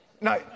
No